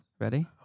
Ready